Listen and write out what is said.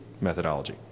methodology